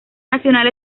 nacional